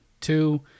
Two